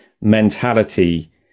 mentality